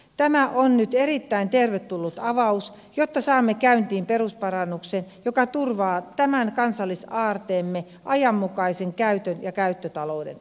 tämä on nyt erittäin tervetullut avaus jotta saamme käyntiin perusparannuksen joka turvaa tämän kansallisaarteemme ajanmukaisen käytön ja käyttötalouden